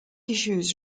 issues